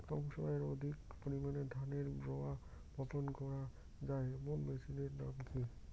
কম সময়ে অধিক পরিমাণে ধানের রোয়া বপন করা য়ায় এমন মেশিনের নাম কি?